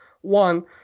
one